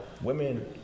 women